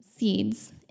Seeds